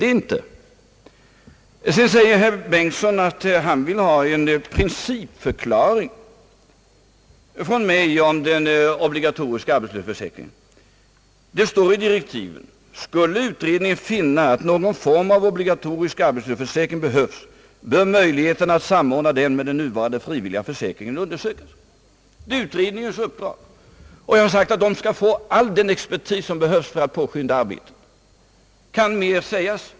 Herr Bengtson säger vidare, att han vill ha en »principförklaring» från mig om den obligatoriska arbetslöshetsförsäkringen. I direktiven står det: »Skulle utredningen finna att någon form av obligatorisk arbetslöshetsförsäkring behövs, bör möjligheterna att samordna den med den nuvarande frivilliga försäkringen undersökas.» Det är utredningens uppdrag, och jag har sagt att den skall få all den expertis som behövs för att påskynda arbetet. Kan mer sägas?